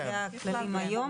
הכללים היום.